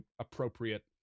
appropriate